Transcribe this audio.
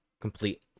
complete